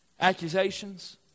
accusations